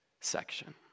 section